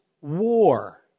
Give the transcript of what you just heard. war